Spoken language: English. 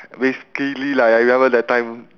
basically like I remember that time